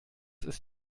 ist